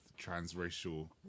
transracial